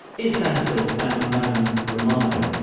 ian stansfield and mamen romano.